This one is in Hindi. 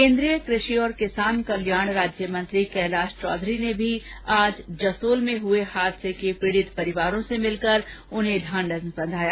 केन्द्रीय कृषि और किसान कल्याण राज्य मंत्री कैलाश चौधरी ने आज जसोल में हुए हादसे के पीड़ित परिवारों से मिलकर ढांढस बंधाया